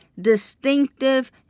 distinctive